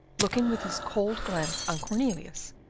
looking with his cold glance on cornelius,